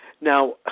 Now